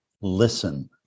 listen